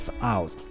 out